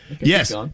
Yes